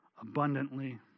abundantly